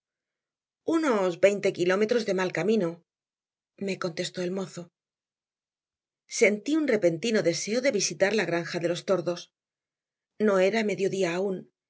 unos veinte kilómetros de mal camino me contestó el mozo sentí un repentino deseo de visitar la granja de los tordos no era mediodía aún